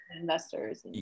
investors